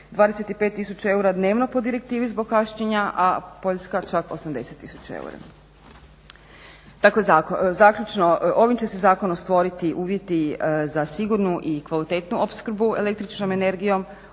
tisuća eura dnevno po direktivi zbog kašnjenja, a Poljska čak 80 tisuća eura. Tako zaključno ovim će se zakonom stvoriti uvjeti za sigurnu i kvalitetnu opskrbu električnom energijom,